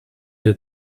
der